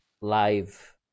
Live